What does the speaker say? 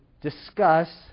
discuss